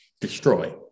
destroy